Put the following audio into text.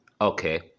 Okay